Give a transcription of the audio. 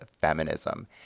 feminism